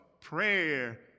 prayer